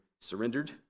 surrendered